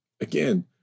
Again